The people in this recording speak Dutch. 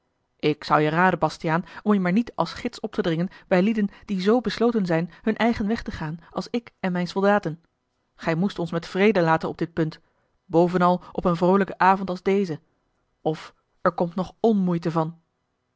ik zou je raden bastiaan om je maar niet als gids op te dringen bij lieden die z besloten zijn hun eigen weg te gaan als ik en mijne soldaten gij moest ons met vrede laten op dit punt bovenal op een vroolijken avond als dezen of er komt nog onmoeite van